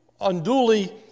unduly